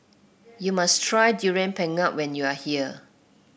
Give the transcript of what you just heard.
you must try Durian Pengat when you are here